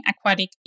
aquatic